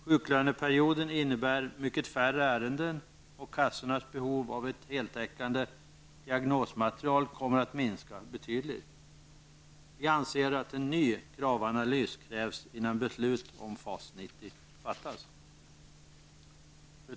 Sjuklöneperioden innebär mycket färre ärenden, och kassornas behov av ett heltäckande diagnosmaterial kommer att minska betydligt. Vi anser att en ny kravanalys krävs innan beslut om Fru talman!